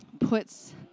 puts